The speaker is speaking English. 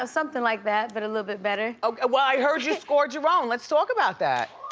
ah something like that, but a little bit better. well, i heard you scored your own, let's talk about that.